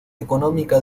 económica